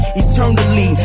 eternally